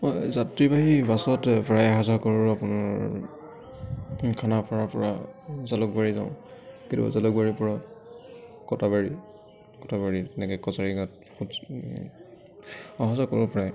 মই যাত্ৰীবাহী বাছত প্ৰায় অহা যোৱা কৰোঁ আপোনাৰ খানাপাৰাৰপৰা জালুকবাৰী যাওঁ কেতিয়াবা জালুকবাৰীৰপৰা কটাবাৰী কটাবাৰীত তেনেকৈ কছাৰী গাঁৱত অহা যোৱা কৰোঁ প্ৰায়